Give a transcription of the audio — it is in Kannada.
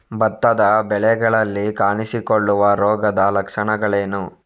ಭತ್ತದ ಬೆಳೆಗಳಲ್ಲಿ ಕಾಣಿಸಿಕೊಳ್ಳುವ ರೋಗದ ಲಕ್ಷಣಗಳೇನು?